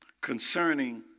concerning